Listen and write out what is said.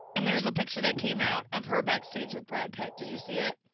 and there's a picture that came out of her backstage with brad pitt, did you see it?